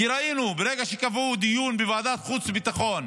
כי ראינו, ברגע שקבעו דיון בוועדת החוץ והביטחון